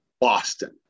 Boston